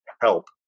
help